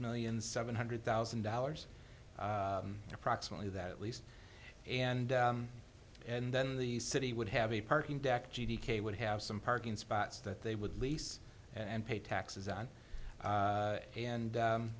million seven hundred thousand dollars approximately that at least and and then the city would have a parking deck g t k would have some parking spots that they would lease and pay taxes on a